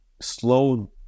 slow